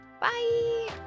Bye